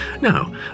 Now